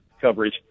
coverage